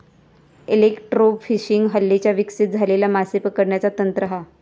electrofishing हल्लीच विकसित झालेला माशे पकडण्याचा तंत्र हा